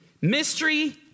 Mystery